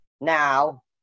now